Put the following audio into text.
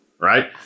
right